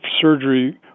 surgery